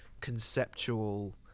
conceptual